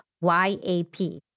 Y-A-P